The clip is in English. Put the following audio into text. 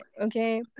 okay